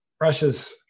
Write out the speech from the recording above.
Russia's